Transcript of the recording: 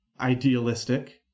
idealistic